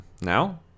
now